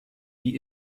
die